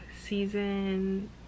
season